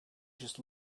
just